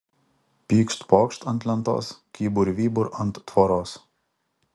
pykšt pokšt ant lentos kybur vybur ant tvoros